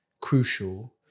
crucial